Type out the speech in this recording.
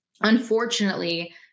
unfortunately